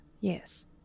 Yes